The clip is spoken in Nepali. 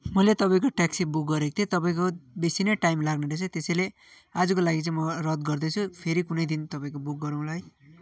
मैले तपाईँको ट्याक्सी बुक गरेको थिएँ तपाईँको बेसी नै टाइम लाग्ने रहेछ त्यसैले आजको लागि चाहिँ म रद्द गर्दैछु फेरि कुनै दिन तपाईँको बुक गरौँला है